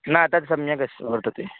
न तद् सम्यक् अस्ति व वर्तते